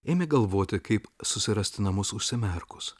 ėmė galvoti kaip susirasti namus užsimerkus